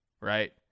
right